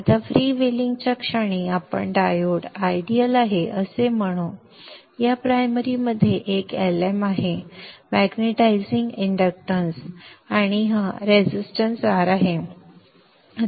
आता फ्रीव्हीलिंगच्या क्षणी आपण डायोड आदर्श आहे असे म्हणू या प्राइमरीमध्ये एक Lm आहे मॅग्नेटायझिंग इंडक्टन्स आणि हा रेझिस्टन्स R आहे